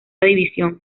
división